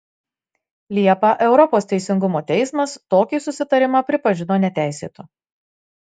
liepą europos teisingumo teismas tokį susitarimą pripažino neteisėtu